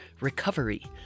Recovery